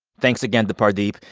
thanks again to pardeep.